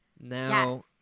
Now